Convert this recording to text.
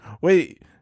wait